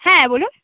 হ্যাঁ বলুন